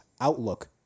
outlook